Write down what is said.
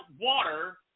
water